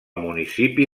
municipi